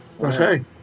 Okay